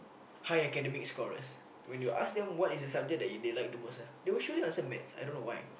high academic scorers when you ask them what is the subject that you they like the most ah they will surely answer maths I don't know why